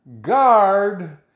guard